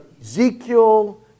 Ezekiel